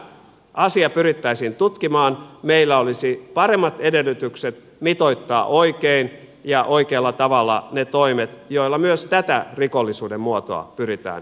kun tämä asia pyrittäisiin tutkimaan meillä olisi paremmat edellytykset mitoittaa oikealla tavalla ne toimet joilla myös tätä rikollisuuden muotoa pyritään torjumaan